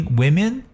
women